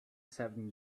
seven